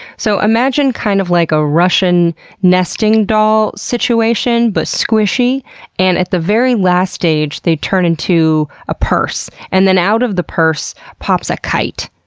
so imagine kind of like a russian nesting doll situation but squishy and at the very last stage, they turn into a purse, and then out of the purse pops a kite,